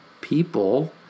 people